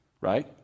right